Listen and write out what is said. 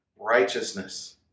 righteousness